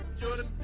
Jordan